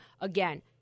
Again